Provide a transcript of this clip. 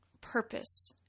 purpose